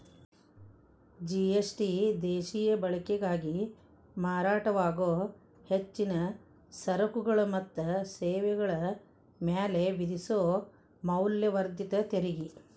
GST ದೇಶೇಯ ಬಳಕೆಗಾಗಿ ಮಾರಾಟವಾಗೊ ಹೆಚ್ಚಿನ ಸರಕುಗಳ ಮತ್ತ ಸೇವೆಗಳ ಮ್ಯಾಲೆ ವಿಧಿಸೊ ಮೌಲ್ಯವರ್ಧಿತ ತೆರಿಗಿ